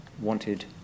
wanted